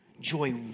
Joy